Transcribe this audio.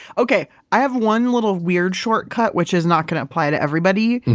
okay. i have one little weird shortcut, which is not going to apply to everybody,